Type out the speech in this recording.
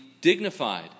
dignified